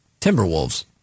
Timberwolves